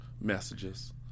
messages